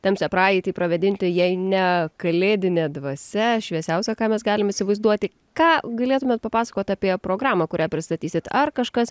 tamsią praeitį pravėdinti jei ne kalėdinė dvasia šviesiausia ką mes galim įsivaizduoti ką galėtumėt papasakot apie programą kurią pristatysit ar kažkas